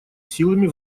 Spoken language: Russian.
силами